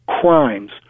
crimes